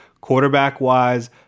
quarterback-wise